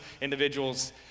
individuals